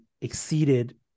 exceeded